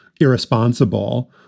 irresponsible